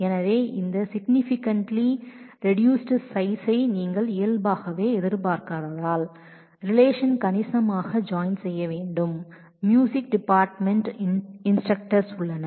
எனவே significantly join செய்யப்பட்ட relation அளவை குறைக்கின்றன நீங்கள் இயல்பாகவே எதிர்பார்க்காததால் மியூசிக் டிபார்ட்மெண்ட்டில் நிறைய இன்ஸ்டரக்டர்ஸ் உள்ளனர்